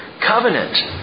covenant